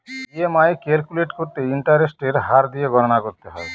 EMI calculate করতে ইন্টারেস্টের হার দিয়ে গণনা করতে হয়